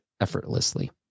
effortlessly